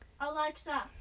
Alexa